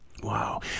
Wow